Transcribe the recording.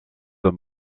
the